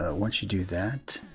ah once you do that,